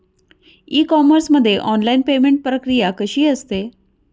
E commerce मध्ये online payment प्रक्रिया कशी असते?